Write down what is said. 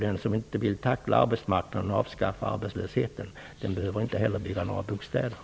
Den som inte vill tackla arbetsmarknaden och avskaffa arbetslösheten behöver inte heller bygga några bostäder.